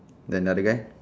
then another guy